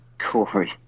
Corey